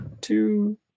two